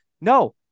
No